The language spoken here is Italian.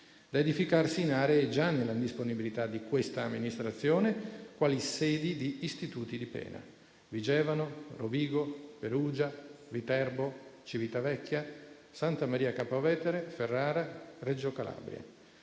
da edificarsi in aree già nella disponibilità di quest'amministrazione quali sedi di istituti di pena (Vigevano, Rovigo, Perugia, Viterbo, Civitavecchia, Santa Maria Capua Vetere, Ferrara e Reggio Calabria),